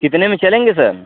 कितने में चलेंगे सर